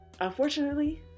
Unfortunately